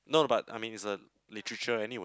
no but I mean it's a literature anyway